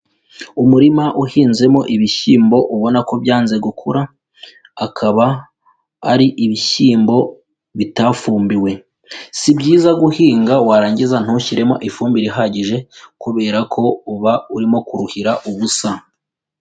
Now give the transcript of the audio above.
Umurima uhinzemo ibishyimbo ubona ko byanze gukura, akaba ari ibishyimbo bitafumbiwe, si byiza guhinga warangiza ntushyiremo ifumbire ihagije kubera ko uba urimo kuruhira ubusa.